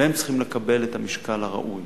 והם צריכים לקבל את המשקל הראוי.